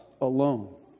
alone